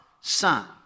son